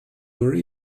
were